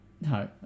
No